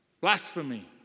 blasphemy